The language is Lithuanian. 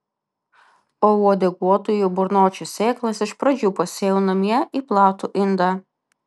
o uodeguotųjų burnočių sėklas iš pradžių pasėjau namie į platų indą